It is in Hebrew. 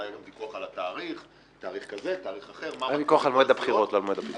אין ויכוח על מועד הבחירות, לא על מועד הפיזור.